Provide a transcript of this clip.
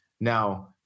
Now